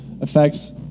affects